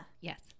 Yes